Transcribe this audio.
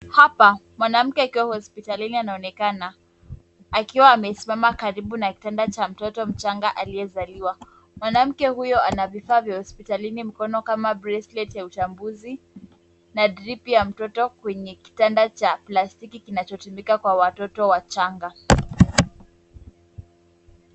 Hapa mwanamke akiwa hospitalini anaonekana akiwa amesimama karibu na kitanda cha mtoto mchanga aliyezaliwa. Mwanamke huyo ana vifaa vya hospitalini mkononi, kama bracelet ya uchambuzi na drip ya mtoto, kwenye kitanda cha plastiki kinachotumika kwa watoto wachanga.